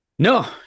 No